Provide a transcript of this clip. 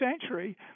century